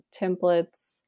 templates